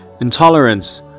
intolerance